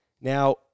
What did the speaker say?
Now